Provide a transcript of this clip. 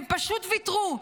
הם פשוט ויתרו?